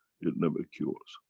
it never cures.